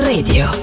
Radio